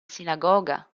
sinagoga